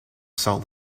salt